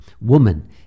woman